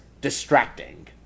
distracting